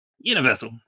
universal